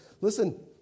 listen